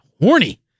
horny